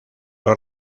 los